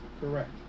Correct